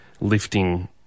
lifting